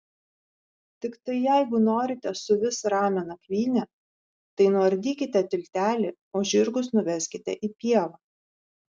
tiktai jeigu norite suvis ramią nakvynę tai nuardykite tiltelį o žirgus nuveskite į pievą